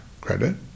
credit